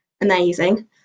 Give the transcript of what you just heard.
amazing